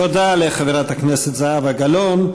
תודה לחברת הכנסת זהבה גלאון.